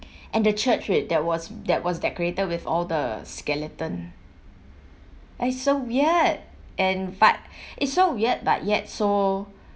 and the church which that was that was decorated with all the skeleton and it's so weird and but it's so weird but yet so